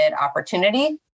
opportunity